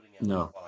No